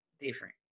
different